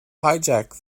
hijack